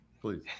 Please